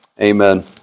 Amen